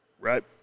Right